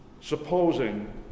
supposing